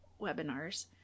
webinars